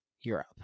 Europe